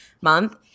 month